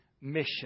mission